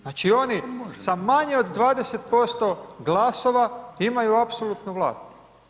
Znači oni sa manje od 20% glasova, imaju apsolutnu vlast.